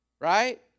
right